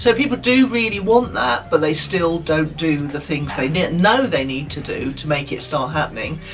so people do really want that, but they still don't do the things they don't know they need to do to make it start happening,